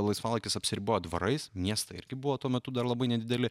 laisvalaikis apsiribojo dvarais miestai irgi buvo tuo metu dar labai nedideli